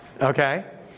Okay